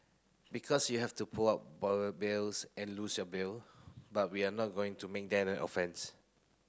because you have to put up bails and lose your bail but we are not going to make that an offence